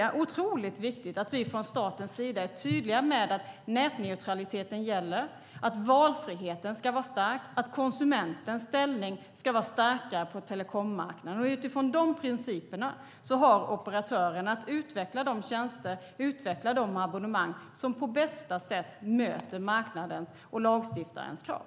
Det är otroligt viktigt att vi från statens sida är tydliga med att nätneutraliteten gäller, att valfriheten ska vara stark och att konsumentens ställning ska vara starkare på telekommarknaden. Utifrån de principerna har operatörerna att utveckla de tjänster och de abonnemang som på bästa sätt möter marknadens och lagstiftarens krav.